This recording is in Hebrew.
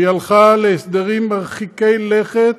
והיא הלכה להסדרים מרחיקי לכת,